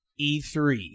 e3